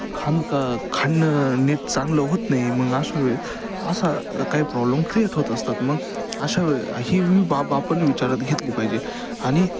खांण का खणणं नीट चांगलं होत नाही मग अशा वेळेस असे काही प्रॉब्लेम क्रिएट होत असतात मग अशा वेळी हीही बाब आपण विचारात घेतली पाहिजे आणि